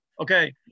Okay